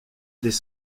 des